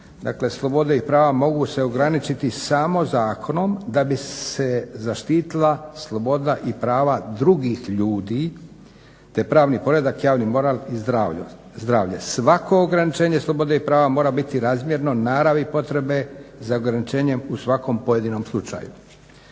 "slobode i prava mogu se ograničiti samo zakonom da bi se zaštitila sloboda i prava drugih ljudi, te pravni poredak, javni moral i zdravlje. Svako ograničenje slobode i prava mora biti razmjerno naravi potrebe za ograničenjem u svakom pojedinom slučaju".